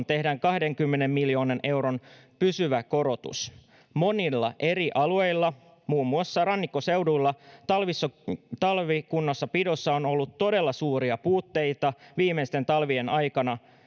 tehdään kahdenkymmenen miljoonan euron pysyvä korotus monilla eri alueilla muun muassa rannikkoseudulla talvikunnossapidossa on ollut todella suuria puutteita viimeisten talvien aikana